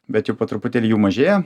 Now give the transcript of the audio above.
bet jau po truputėlį jų mažėja